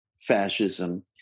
fascism